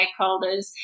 stakeholders